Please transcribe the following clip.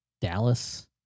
Dallas